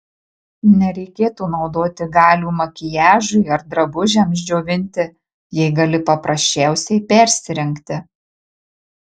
nereikėtų naudoti galių makiažui ar drabužiams džiovinti jei gali paprasčiausiai persirengti